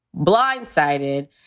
blindsided